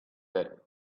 that